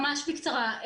ממש בקצרה.